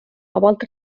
vabalt